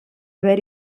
haver